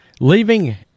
leaving